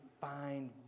find